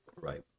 Right